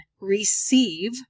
receive